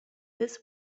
this